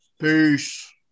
peace